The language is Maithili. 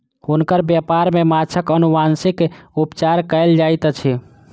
हुनकर व्यापार में माँछक अनुवांशिक उपचार कयल जाइत अछि